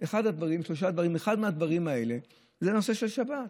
זה שלושה דברים: אחד מהדברים האלה זה הנושא של שבת.